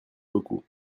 beaucoup